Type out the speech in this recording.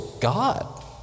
God